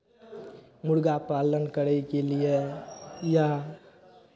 मुरगा पालन करयके लिए या